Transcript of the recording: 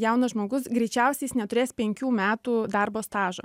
jaunas žmogus greičiausiai jis neturės penkių metų darbo stažo